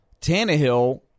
Tannehill